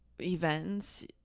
events